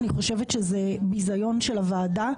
אני חושבת שזה ביזיון של הוועדה,